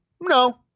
No